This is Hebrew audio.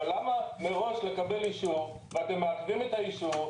אבל למה מראש לקבל אישור ואתם מעכבים את האישור,